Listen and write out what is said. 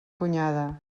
cunyada